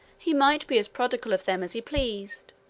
he might be as prodigal of them as he pleased,